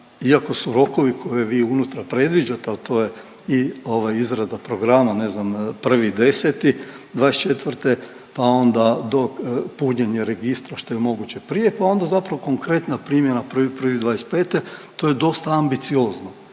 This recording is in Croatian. iako su rokovi koje vi unutra predviđate, ali to je i izrada programa ne znam 1.10.2024., pa onda punjenja registra što je moguće prije, pa onda zapravo konkretna primjena 1.1.2025. To je dosta ambiciozno,